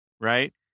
right